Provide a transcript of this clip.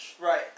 Right